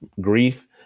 grief